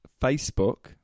Facebook